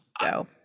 go